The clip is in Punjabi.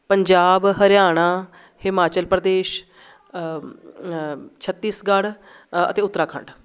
ਪੰਜਾਬ ਹਰਿਆਣਾ ਹਿਮਾਚਲ ਪ੍ਰਦੇਸ਼ ਛੱਤੀਸਗੜ੍ਹ ਅਤੇ ਉੱਤਰਾਖੰਡ